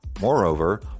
Moreover